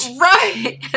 Right